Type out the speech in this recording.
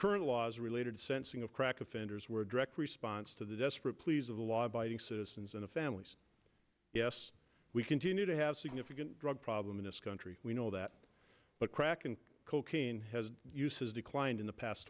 current laws related sensing of crack offenders were a direct response to the desperate pleas of the law abiding citizens and families yes we continue to have significant drug problem in this country we know that but crack and cocaine has uses declined in the past